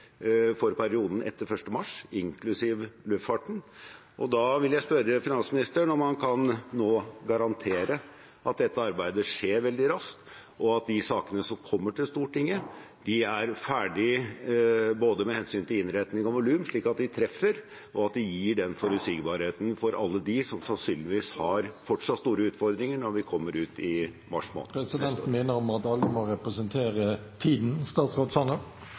for perioden etter 1. mars, inklusiv for luftfarten. Da vil jeg spørre finansministeren om han nå kan garantere at dette arbeidet skjer veldig raskt, og at de sakene som kommer til Stortinget , er ferdige både med hensyn til innretning og volum, slik at de treffer , og at de gir forutsigbarhet for alle dem som sannsynligvis fortsatt har store utfordringer når vi kommer ut i mars måned. Presidenten minner om at alle må